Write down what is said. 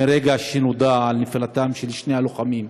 מרגע שנודע על נפילתם של שני הלוחמים,